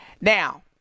Now